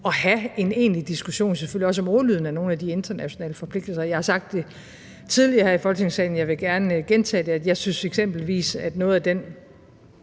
at have en egentlig diskussion om ordlyden af nogle af de internationale forpligtelser, og jeg har sagt tidligere her i Folketingssalen, og jeg vil gerne gentage det, at jeg eksempelvis synes, at noget af den